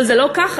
אבל זה לא ככה.